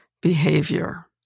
behavior